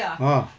!huh!